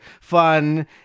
fun